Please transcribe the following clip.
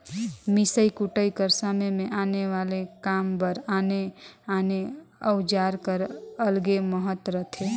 मिसई कुटई कर समे मे आने आने काम बर आने आने अउजार कर अलगे महत रहथे